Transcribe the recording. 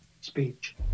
speech